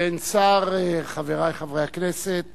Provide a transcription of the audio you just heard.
באין שר, חברי חברי הכנסת,